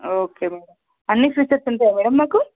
okay madam అన్నీ features ఉంటయా madam మాకు